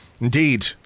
Indeed